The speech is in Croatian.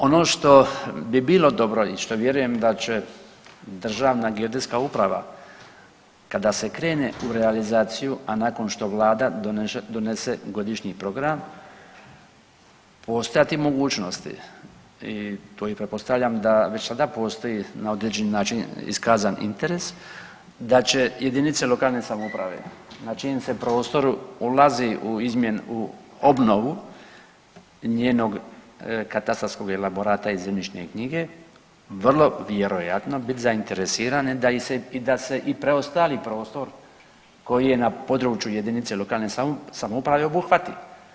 Ono što bi bilo dobro i što vjerujem da će Državna geodetska uprava kada se krene u realizaciju, a nakon što Vlada donese godišnji program postojati mogućnosti i to i pretpostavljam da već sada postoji na određeni način iskazan interes, da će jedinice lokalne samouprave na čijem se prostoru ulazi u obnovu njenog katastarskog elaborata i zemljišne knjige vrlo vjerojatno biti zainteresirane da se i preostali prostor koji je na području jedinice lokalne samouprave obuhvati.